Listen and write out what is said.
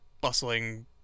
bustling